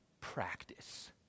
practice